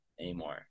anymore